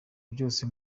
byose